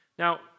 Now